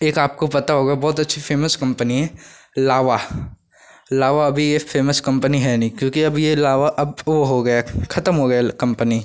एक आपको पता होगा बहुत अच्छी फे़मस कम्पनी है लावा लावा अभी एक फे़मस कम्पनी है नहीं क्योंकि अब ह लावा अब वो हो गया ख़त्म हो गया कम्पनी